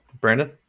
Brandon